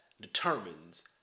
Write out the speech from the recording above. determines